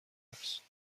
است